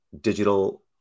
digital